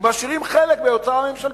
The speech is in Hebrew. ומשאירים חלק בהוצאה ממשלתית.